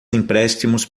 empréstimos